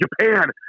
Japan